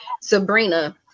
Sabrina